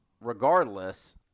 Regardless